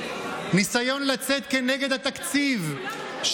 הניסיון לצאת כנגד התקציב,